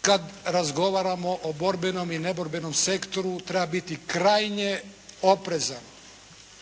kad razgovaramo o borbenom i neborbenom sektoru treba biti krajnje oprezan.